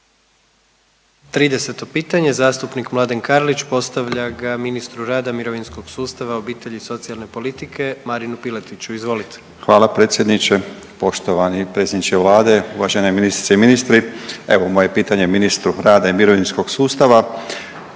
30. pitanje zastupnik Mladen Karlić postavlja ga ministru rada, mirovinskog sustava, obitelji, socijalne politike Marinu Piletiću. Izvolite. **Karlić, Mladen (HDZ)** Hvala predsjedniče. Poštovani predsjedniče Vlade, uvažene ministrice i ministri evo moje je pitanje ministru rada i mirovinskog sustava.